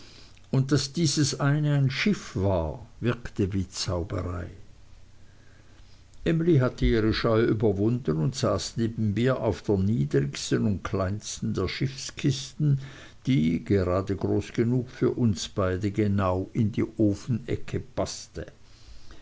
und daß dieses eine ein schiff war wirkte wie zauberei emly hatte ihre scheu überwunden und saß neben mir auf der niedrigsten und kleinsten der schiffskisten die gerade groß genug für uns beide genau in die ofenecke paßte